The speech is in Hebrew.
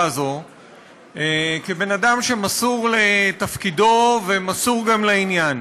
הזו כבן-אדם שמסור לתפקידו ומסור גם לעניין,